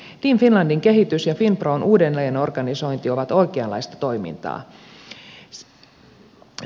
team finlandin kehitys ja finpron uudelleenorganisointi ovat oikeanlaista toimintaa